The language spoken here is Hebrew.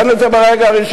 תן את זה מהרגע הראשון.